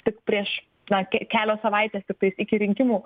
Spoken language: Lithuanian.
tik prieš na ke kelios savaitės tiktais iki rinkimų